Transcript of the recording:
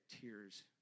tears